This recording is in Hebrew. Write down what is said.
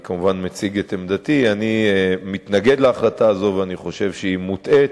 אני מציג את עמדתי ואומר שאני מתנגד להחלטה הזאת וחושב שהיא מוטעית,